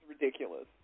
ridiculous